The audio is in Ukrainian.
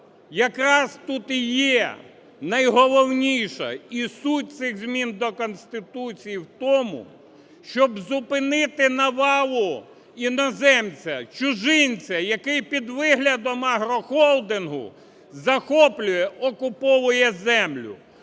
якраз тут і є найголовніше, і суть цих змін до Конституції в тому, щоб зупинити навалу іноземця, чужинця, який під виглядом агрохолдингу захоплює, окуповує землю.